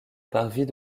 parvis